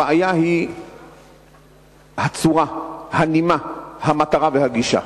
הבעיה היא הצורה, הנימה, המטרה והגישה.